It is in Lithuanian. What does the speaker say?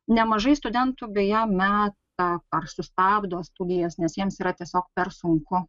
nemažai studentų beje meta ar sustabdo studijas nes jiems yra tiesiog per sunku